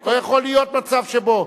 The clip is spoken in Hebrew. לא יכול להיות מצב שבו,